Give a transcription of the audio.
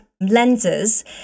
lenses